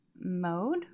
mode